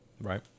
right